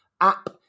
app